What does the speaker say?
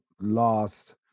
lost